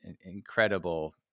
incredible